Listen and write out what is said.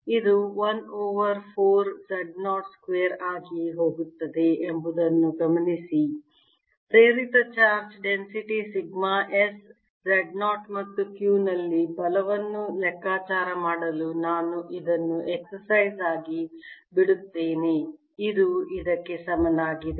ಇದು 1 over 4 z0 square ಆಗಿ ಹೋಗುತ್ತದೆ ಎಂಬುದನ್ನು ಗಮನಿಸಿ ಪ್ರೇರಿತ charge density sigma s Z0 ಮತ್ತು q ನಲ್ಲಿ ಬಲವನ್ನು ಲೆಕ್ಕಾಚಾರ ಮಾಡಲು ನಾನು ಇದನ್ನು ಎಕ್ಸಸೈಜ್ ಆಗಿ ಬಿಡುತ್ತೇನೆ ಇದು ಇದಕ್ಕೆ ಸಮಾನವಾಗಿದೆ